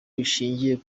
bishingiye